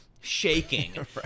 shaking